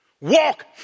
Walk